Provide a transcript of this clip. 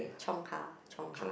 Chungha Chungha